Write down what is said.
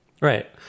Right